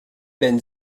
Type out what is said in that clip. ben